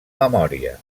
memòria